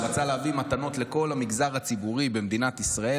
שרצה להביא מתנות לכל המגזר הציבורי במדינת ישראל